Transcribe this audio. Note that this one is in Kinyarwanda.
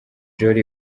jolly